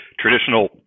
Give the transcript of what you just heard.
traditional